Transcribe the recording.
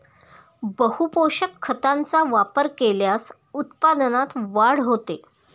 बहुपोषक खतांचा वापर केल्यास उत्पादनात वाढ होते